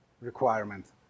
requirement